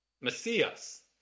Messias